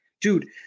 dude